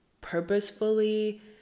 purposefully